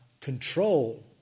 control